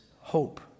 hope